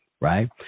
right